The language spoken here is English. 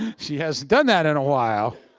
she hasn't done that in awhile.